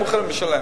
היו מוכנים לשלם.